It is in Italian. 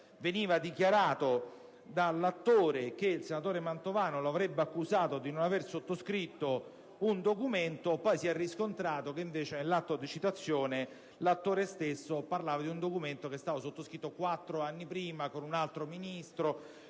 veniva dichiarato dall'attore che il senatore Mantovano lo avrebbe accusato di non aver sottoscritto un documento, mentre poi si è riscontrato che nell'atto di citazione l'attore stesso parlava di un documento che è stato sottoscritto quattro anni prima, con un altro Ministro,